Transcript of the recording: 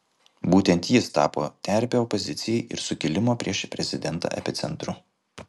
būtent jis tapo terpe opozicijai ir sukilimo prieš prezidentą epicentru